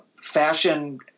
Fashion